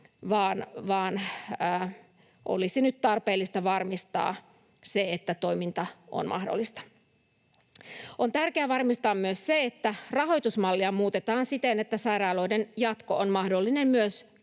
vaan olisi nyt tarpeellista varmistaa se, että toiminta on mahdollista. On tärkeää varmistaa myös se, että rahoitusmallia muutetaan siten, että sairaaloiden jatko on mahdollinen myös käytännössä.